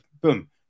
boom